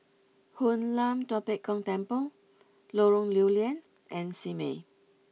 Hoon Lam Tua Pek Kong Temple Lorong Lew Lian and Simei